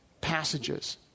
passages